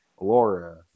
Laura